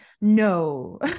No